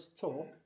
talk